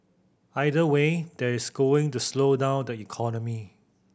either way that is going to slow down the economy